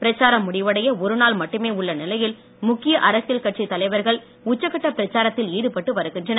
பிரச்சாரம் முடிவடைய ஒருநாள் மட்டுமே உள்ள நிலையில் முக்கிய அரசியல் கட்சி தலைவர் உச்சக்கட்ட பிரச்சாரத்தில் ஈடுபட்டு வருகின்றனர்